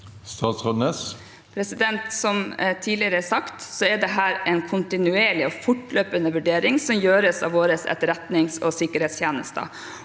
Som tidligere sagt er dette en kontinuerlig og fortløpende vurdering som gjøres av våre etterretnings- og sikkerhetstjenester,